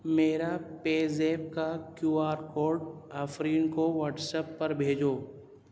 میرا PayZapp کا Q R code Afreen کو واٹس ایپ پر بھیجو